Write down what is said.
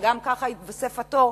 וגם כך יתווסף התור,